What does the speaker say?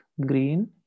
green